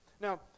now